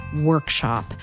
workshop